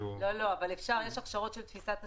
אבל יש הכשרות של תפיסת הסיכון.